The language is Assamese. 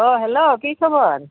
অঁ হেল্ল' কি খবৰ